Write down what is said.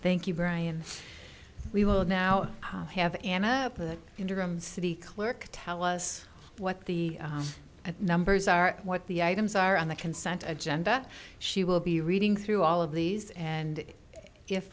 thank you brian we will now have anna up a interim city clerk to tell us what the at numbers are what the items are on the consent agenda she will be reading through all of these and if